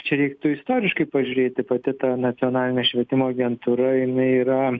čia reiktų istoriškai pažiūrėti pati ta nacionalinė švietimo agentūra jinai yra